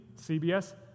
CBS